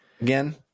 again